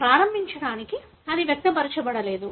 ప్రారంభించడానికి అది వ్యక్తపరచబడలేదు